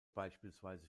beispielsweise